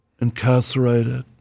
incarcerated